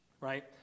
right